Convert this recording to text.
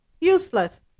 useless